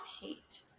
hate